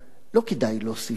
לא כדאי להוסיף מתח.